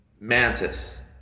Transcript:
Mantis